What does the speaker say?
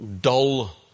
Dull